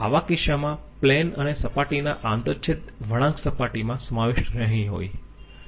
આવા કિસ્સામાં પ્લેન અને સપાટીના આંતરછેદ વળાંક સપાટીમાં સમાવિષ્ટ નહીં હોય